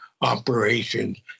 operations